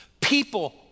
People